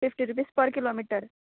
fifty rupees per kilometer